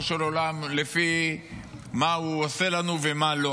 של עולם לפי מה הוא עושה לנו ומה לא.